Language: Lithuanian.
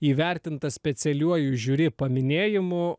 įvertintas specialiuoju žiuri paminėjimu